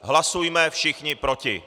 Hlasujme všichni proti.